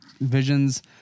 Visions